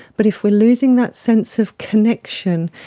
but if we are losing that sense of connection,